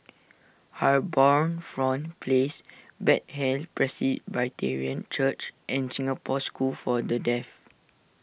HarbourFront Place Bethel Presbyterian Church and Singapore School for the Deaf